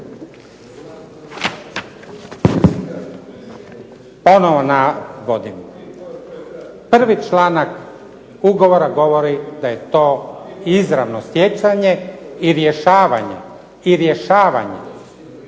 Ponovo na godinu, 1. članak ugovora govori da je to izravno stjecanje i rješavanje